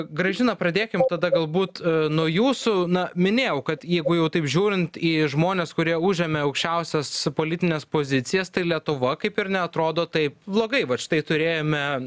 gražina pradėkim tada galbūt nuo jūsų na minėjau kad jeigu jau taip žiūrint į žmones kurie užėmė aukščiausias politines pozicijas tai lietuva kaip ir neatrodo taip blogai va štai turėjome